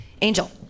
Angel